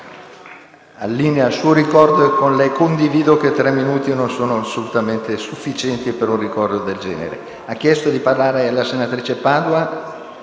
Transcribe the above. Grazie